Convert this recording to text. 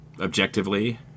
objectively